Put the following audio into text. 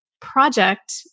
project